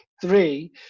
three